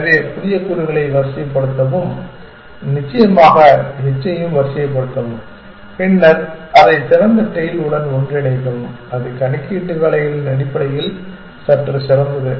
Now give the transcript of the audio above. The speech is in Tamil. எனவே புதிய கூறுகளை மீண்டும் வரிசைப்படுத்தவும் நிச்சயமாக h ஐயும் வரிசைப்படுத்தவும் பின்னர் அதை திறந்த டெயில் உடன் ஒன்றிணைக்கவும் இது கணக்கீட்டு வேலைகளின் அடிப்படையில் சற்று சிறந்தது